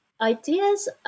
ideas